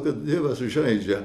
kad dievas žaidžia